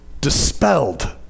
dispelled